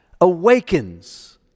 awakens